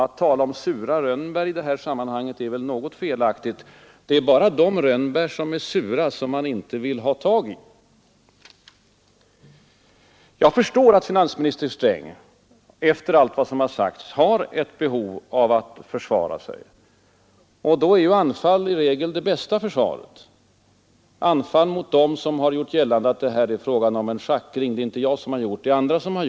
Att tala om ”sura rönnbär” i detta sammanhang är också något felaktigt. Det är bara de rönnbär som är sura som man inte kan få tag på. Och vi hade handlingsfrihet. Jag förstår att finansminister Sträng efter allt vad som har sagts och gjorts har ett behov av att försvara sig. I sådana fall är anfall i regel det bästa försvaret, anfall bl.a. mot dem som har gjort gällande att det här är fråga om ett schackrande — det är inte jag som har gjort det utan andra.